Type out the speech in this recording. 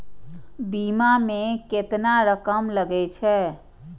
बीमा में केतना रकम लगे छै?